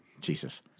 Jesus